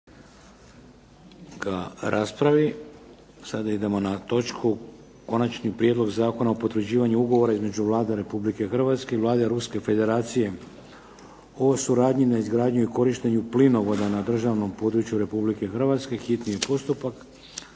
ga raspravi. Sada idemo na točku - Konačni prijedlog Zakona o potvrđivanju Ugovora između Vlade Republike Hrvatske i Vlade Ruske Federacije o suradnji na izgradnji i korištenju plinovoda na državnom području Republike Hrvatske, hitni postupak,